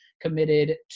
committed